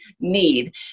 need